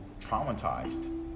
traumatized